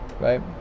right